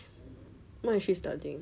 what is she studying